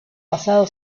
pasado